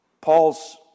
Paul's